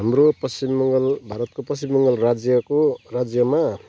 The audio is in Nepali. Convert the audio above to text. हाम्रो पश्चिम बङ्गाल भारतको पश्चिम बङ्गाल राज्यको राज्यमा